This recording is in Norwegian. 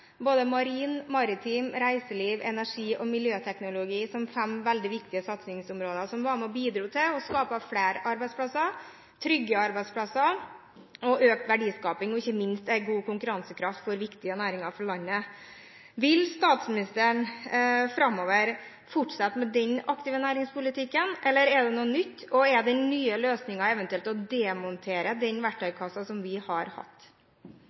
reiseliv, energi og miljøteknologi – fem veldig viktige satsingsområder som var med og bidro til å skape flere arbeidsplasser, trygge arbeidsplasser, økt verdiskaping og ikke minst god konkurransekraft for viktige næringer for landet. Vil statsministeren framover fortsette med den aktive næringspolitikken, eller er det noe nytt? Og: Er det nye løsninger eventuelt å demontere den verktøykassen som vi har hatt?